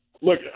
look